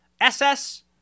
SS